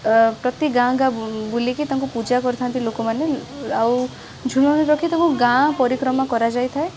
ଓ ପ୍ରତି ଗାଁ ଗାଁ ବୁଲିକି ତାଙ୍କୁ ପୂଜା କରିଥାନ୍ତି ଲୋକମାନେ ଆଉ ଝୁଲଣରେ ରଖି ତାଙ୍କୁ ଗାଁ ପରିକ୍ରମା କରାଯାଇ ଥାଏ